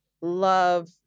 love